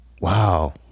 wow